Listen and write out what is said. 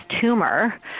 tumor